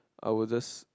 I will just